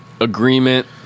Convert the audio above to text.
agreement